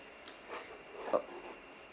uh